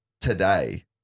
today